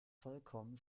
vollkommen